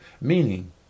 Meaning